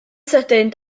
sydyn